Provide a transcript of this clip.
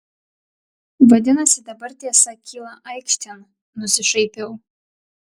vadinasi dabar tiesa kyla aikštėn nusišaipiau